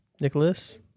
Nicholas